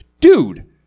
dude